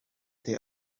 they